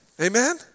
Amen